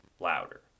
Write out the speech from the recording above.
louder